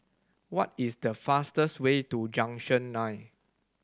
what is the fastest way to Junction Nine